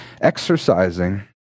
exercising